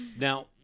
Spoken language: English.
Now